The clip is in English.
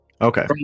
Okay